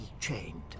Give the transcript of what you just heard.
chained